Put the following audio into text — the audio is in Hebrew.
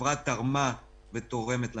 שהחברה תרמה ותורמת למדינה.